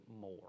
more